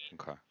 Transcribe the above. Okay